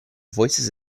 voices